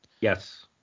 Yes